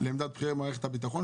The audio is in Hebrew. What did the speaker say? לעמדת בכירי מערכת הביטחון,